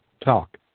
talk